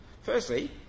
Firstly